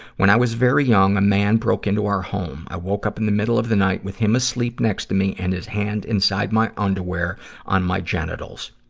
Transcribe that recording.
when i was very young, a man broke into our home. i woke up in the middle of the night, with him asleep next to me and his hand inside my underwear on my genitals.